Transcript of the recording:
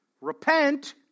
Repent